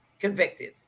convicted